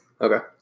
Okay